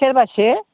सेरबासो